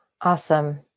Awesome